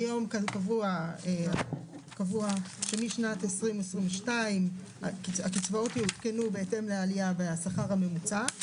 כיום כאן קבוע שמשנת 2022 הקצבאות יעודכנו בהתאם לעלייה והשכר הממוצע,